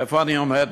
איפה אני עומד?